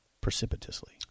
precipitously